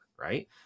Right